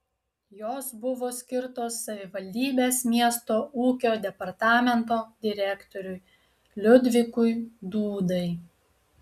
jos buvo skirtos savivaldybės miesto ūkio departamento direktoriui liudvikui dūdai